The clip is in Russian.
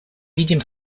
видим